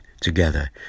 together